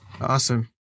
Awesome